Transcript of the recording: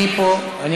אני פה.